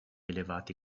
elevati